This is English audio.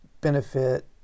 benefit